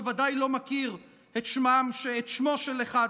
בוודאי לא מכיר את שמו של אחד מהם.